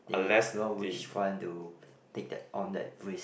they do not wish want to take that on that risk